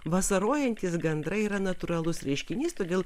vasarojantys gandrai yra natūralus reiškinys todėl